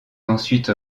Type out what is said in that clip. ensuite